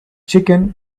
chicken